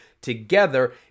together